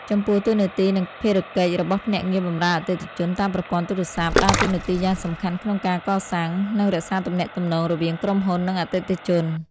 ចំពោះ តួនាទី និងភារកិច្ចរបស់ភ្នាក់ងារបម្រើអតិថិជនតាមប្រព័ន្ធទូរស័ព្ទ ដើរតួនាទីយ៉ាងសំខាន់ក្នុងការកសាង និងរក្សាទំនាក់ទំនងរវាងក្រុមហ៊ុន និងអតិថិជន។